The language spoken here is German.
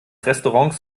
restaurants